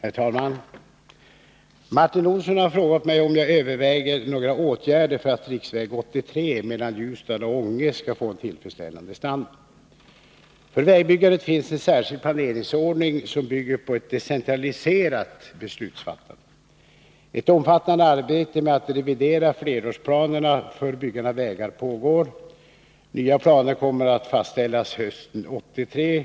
Herr talman! Martin Olsson har frågat mig om jag överväger några åtgärder för att riksväg 83 mellan Ljusdal och Ånge skall få en tillfredsställande standard. För vägbyggandet finns en särskild planeringsordning som bygger på ett decentraliserat beslutsfattande. Ett omfattande arbete med att revidera flerårsplanerna för byggande av vägar pågår. Nya planer kommer att fastställas hösten 1983